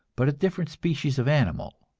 but a different species of animal.